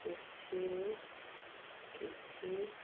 କୃଷିରୁ କିଛି